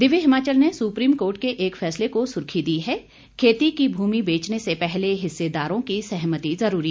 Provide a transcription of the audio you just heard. दिव्य हिमाचल ने supreme court के एक फैसले को सुर्खी दी है खेती की भूमि बेचने से पहले हिस्सेदारों की सहमति जरूरी